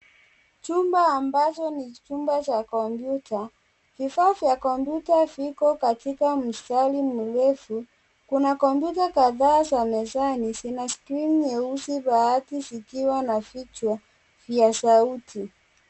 Chumba ambacho ni chumba cha kompyuta. Vifaa vya kopyuta viko katika mstari mrefu. Kuna kompyuta kadhaa za mezani zina screen nyeusi baadhi zikiwa na vichwa vya sauti.